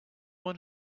one